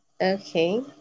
Okay